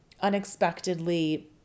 unexpectedly